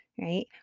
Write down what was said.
right